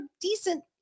decent